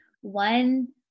one